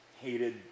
hated